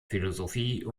philosophie